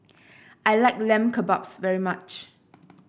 I like Lamb Kebabs very much